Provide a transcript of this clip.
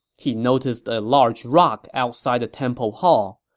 he noticed a large rock outside the temple hall.